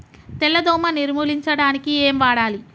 తెల్ల దోమ నిర్ములించడానికి ఏం వాడాలి?